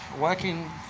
working